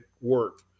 work